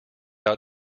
out